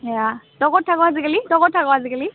সেয়া তই ক'ত থাক আজিকালি তই ক'ত থাক আজিকালি